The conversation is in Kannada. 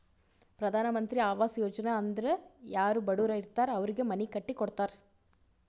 ಪ್ರಧಾನ್ ಮಂತ್ರಿ ಆವಾಸ್ ಯೋಜನಾ ಅಂದುರ್ ಯಾರೂ ಬಡುರ್ ಇರ್ತಾರ್ ಅವ್ರಿಗ ಮನಿ ಕಟ್ಟಿ ಕೊಡ್ತಾರ್